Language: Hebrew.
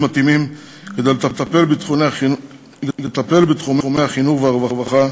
מתאימים כדי לטפל בתחומי החינוך והרווחה,